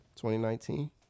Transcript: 2019